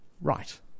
right